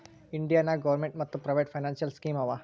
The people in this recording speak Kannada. ಇಂಡಿಯಾ ನಾಗ್ ಗೌರ್ಮೇಂಟ್ ಮತ್ ಪ್ರೈವೇಟ್ ಫೈನಾನ್ಸಿಯಲ್ ಸ್ಕೀಮ್ ಆವಾ